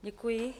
Děkuji.